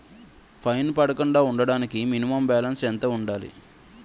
Fine పడకుండా ఉండటానికి minimum balance ఎంత ఉండాలి?